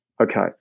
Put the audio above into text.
Okay